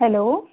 hello